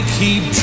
keep